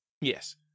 Yes